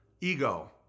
ego